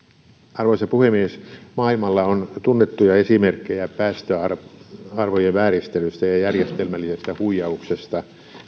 arvoisa puhemies maailmalla on tunnettuja esimerkkejä päästöarvojen vääristelystä ja ja järjestelmällisestä huijauksesta